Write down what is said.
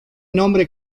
nombre